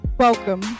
Welcome